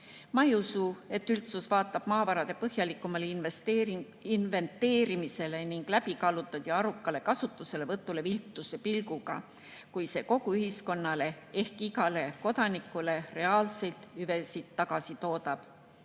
ei usu, et üldsus vaatab maavarade põhjalikumale inventeerimisele ning läbikaalutud ja arukale kasutuselevõtule viltuse pilguga, kui see kogu ühiskonnale ehk igale kodanikule reaalseid hüvesid tagasi toodab.